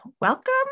welcome